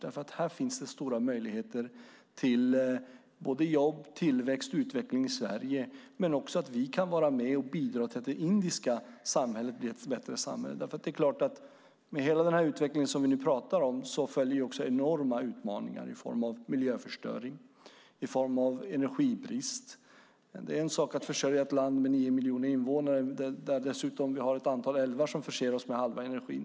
Det finns stora möjligheter till jobb, tillväxt och utveckling i Sverige. Samtidigt kan vi vara med och bidra till att det indiska samhället blir ett bättre samhälle. Men med hela den utveckling som vi nu talar om följer självfallet också enorma utmaningar i form av miljöförstöring och energibrist. Det är en sak att försörja ett land som har 9 miljoner invånare - dessutom har vi ett antal älvar som förser oss med hälften av energin.